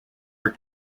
were